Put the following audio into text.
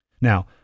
Now